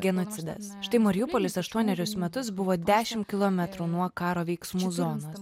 genocidas štai mariupolis aštuonerius metus buvo dešimt kilometrų nuo karo veiksmų zonos